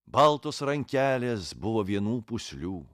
baltos rankelės buvo vienų pūslių